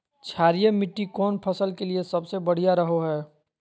क्षारीय मिट्टी कौन फसल के लिए सबसे बढ़िया रहो हय?